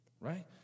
Right